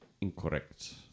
Incorrect